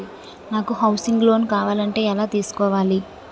నాకు housing loan కావాలంటే ఎలా తీసుకోవాలి?